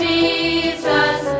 Jesus